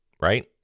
right